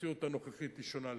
המציאות הנוכחית שונה לגמרי.